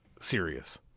serious